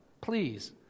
Please